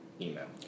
email